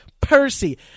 Percy